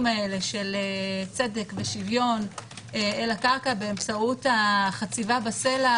האלה של צדק ושוויון אל הקרקע באמצעות החציבה בסלע